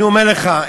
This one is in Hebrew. אני אומר לך,